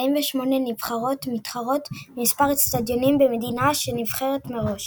נבחרות המתחרות במספר אצטדיונים במדינה שנבחרת מראש,